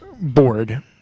bored